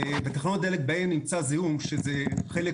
תחנות דלק בהן נמצא זיהום, שזה חלק